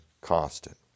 constant